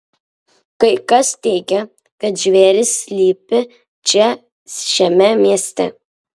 kai kas teigia kad žvėris slypi čia šiame mieste